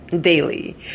daily